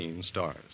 stars